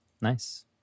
Nice